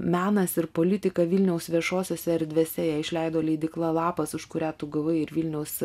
menas ir politika vilniaus viešosiose erdvėse ją išleido leidykla lapas už kurią tu gavai ir vilniaus